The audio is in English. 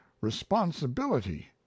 responsibility